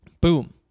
Boom